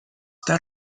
està